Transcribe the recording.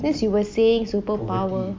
that's you were saying superpower